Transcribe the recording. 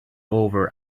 over